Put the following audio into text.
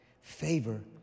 Favor